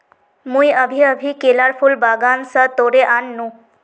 मुई अभी अभी केलार फूल बागान स तोड़े आन नु